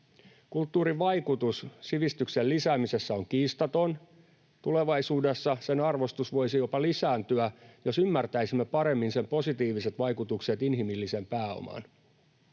Kulttuurin vaikutus sivistyksen lisäämisessä on kiistaton. Tulevaisuudessa sen arvostus voisi jopa lisääntyä, jos ymmärtäisimme paremmin sen positiiviset vaikutukset inhimilliseen pääomaan.